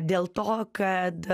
dėl to kad